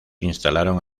instalaron